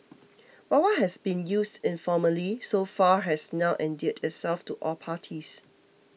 but what has been used informally so far has now endeared itself to all parties